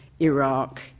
Iraq